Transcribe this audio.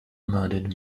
murdered